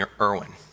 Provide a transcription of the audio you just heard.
Irwin